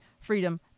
freedom